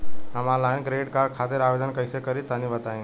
हम online credit card खातिर आवेदन कइसे करि तनि बताई?